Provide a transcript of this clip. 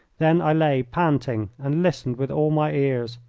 then i lay panting and listened with all my ears,